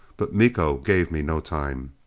but miko gave me no time.